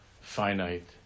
finite